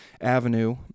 avenue